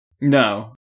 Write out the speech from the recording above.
No